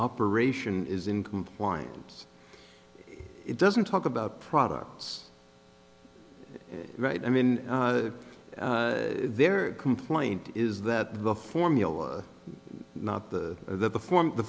operation is in compliance it doesn't talk about products right i mean their complaint is that the formula not the the form the